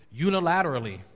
unilaterally